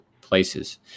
places